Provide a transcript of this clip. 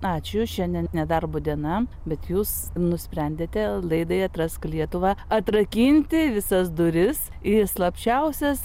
ačiū šiandien nedarbo diena bet jūs nusprendėte laidai atrask lietuvą atrakinti visas duris į slapčiausias